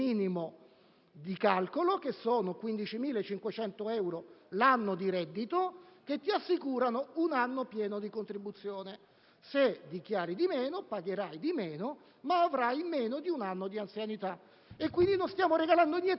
di calcolo, pari a 15.500 euro all'anno di reddito, che assicura un anno pieno di contribuzione. Se si dichiara di meno, si pagherà di meno, ma si avrà meno di un anno di anzianità. Quindi, non stiamo regalando niente a nessuno,